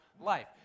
life